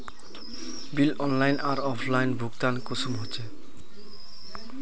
Bill online आर offline भुगतान कुंसम होचे?